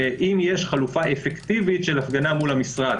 אם יש חלופה אפקטיבית של הפגנה מול המשרד.